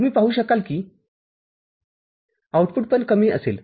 तुम्ही पाहू शकाल कि आउटपुट पण कमी असेल